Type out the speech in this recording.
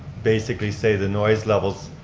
basically say the noise levels